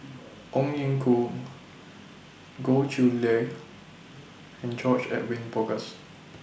Ong Ye Kung Goh Chiew Lye and George Edwin Bogaars